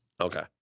Okay